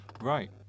right